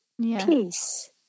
peace